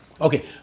Okay